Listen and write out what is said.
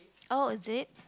oh it is